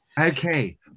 okay